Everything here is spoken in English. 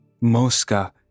Mosca